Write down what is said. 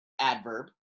adverb